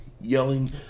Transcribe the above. yelling